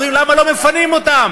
אומרים "למה לא מפנים אותם?"